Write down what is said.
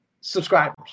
subscribers